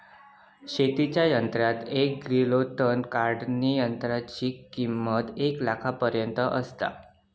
शेतीच्या यंत्रात एक ग्रिलो तण काढणीयंत्राची किंमत एक लाखापर्यंत आसता